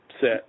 set